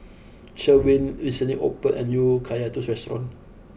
Sherwin recently opened a new Kaya Toast restaurant